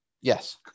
Yes